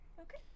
Okay